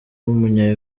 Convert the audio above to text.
w’umunya